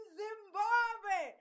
zimbabwe